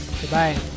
Goodbye